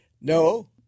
No